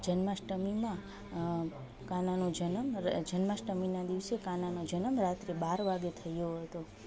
જન્માષ્ટમીમાં કાનાનો જનમ જન્માષ્ટમીના દિવસે કાનાનો જનમ રાત્રે બાર વાગે થયો હતો